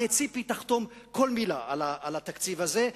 הרי ציפי תחתום על כל מלה בתקציב הזה,